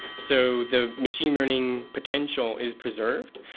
so the machine learning potential is preserved.